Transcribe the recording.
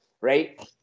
Right